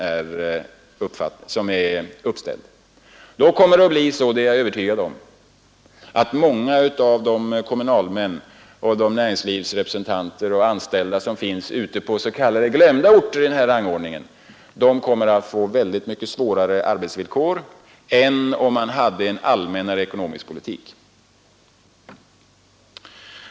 Jag är övertygad om att kommunalmän, näringslivsrepresentanter och anställda på de s.k. glömda orterna i denna rangordning får mycket svårare arbetsvillkor än om man förde en mer allmän ekonomisk politik.